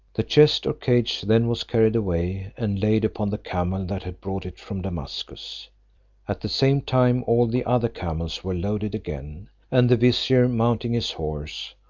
the chest or cage then was carried away and laid upon the camel that had brought it from damascus at the same time all the other camels were loaded again and the vizier mounting his horse,